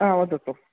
आ वदतु